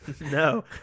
no